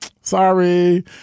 Sorry